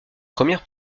première